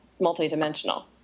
multi-dimensional